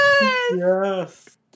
yes